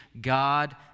God